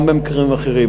גם במקרים אחרים,